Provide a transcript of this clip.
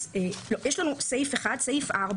יש סעיף 4,